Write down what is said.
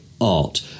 art